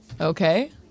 okay